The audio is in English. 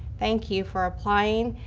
thank you for applying.